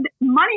money